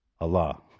Allah